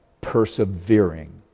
persevering